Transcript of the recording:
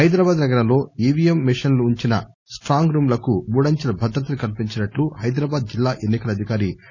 హైదరాబాద్ నగరంలో ఈవీఎం మిషిన్లు ఉంచిన స్టాంగ్ రూంలకు మూడంచెల భద్రతను కల్పించినట్లు హైదరాబాద్ జిల్లా ఎన్ని కల అధికారి ఎం